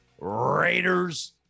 Raiders